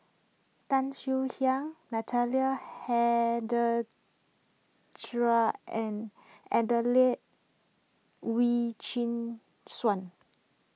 Tan Swie Hian Natalie Adelene Wee Chin Suan